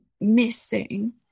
missing